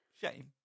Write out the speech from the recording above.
Shame